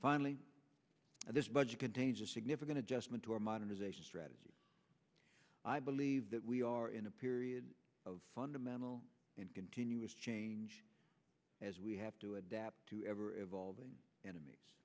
finally and this budget contains a significant adjustment to our modernization strategy i believe that we are in a period of fundamental and continuous change as we have to adapt to ever evolving